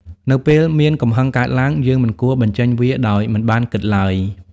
នៅពេលមានកំហឹងកើតឡើង យើងមិនគួរបញ្ចេញវាដោយមិនបានគិតឡើយ។